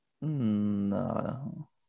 No